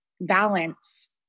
balance